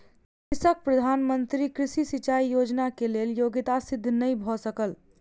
कृषकक प्रधान मंत्री कृषि सिचाई योजना के लेल योग्यता सिद्ध नै भ सकल